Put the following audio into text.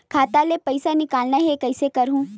खाता ले पईसा निकालना हे, कइसे करहूं?